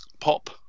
Pop